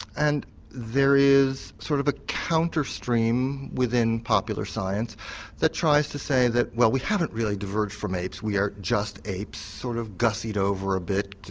and there is sort of a counter-stream within popular science that tries to say that we haven't really diverged from apes, we are just apes sort of gussied over a bit,